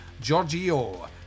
Giorgio